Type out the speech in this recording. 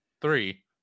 Three